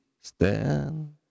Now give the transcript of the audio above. stand